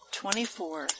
twenty-four